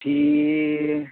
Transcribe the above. fee